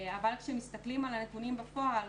אבל כשמסתכלים על הנתונים בפועל,